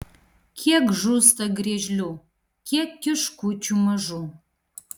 kiek žūsta griežlių kiek kiškučių mažų